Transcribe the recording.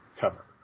cover